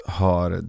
har